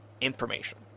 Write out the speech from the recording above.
information